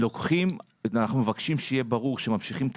אנחנו מבקשים שיהיה ברור שממשיכים את